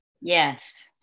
Yes